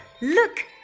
Look